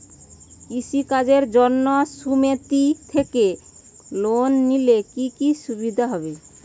কৃষি কাজের জন্য সুমেতি থেকে লোন নিলে কি কি সুবিধা হবে?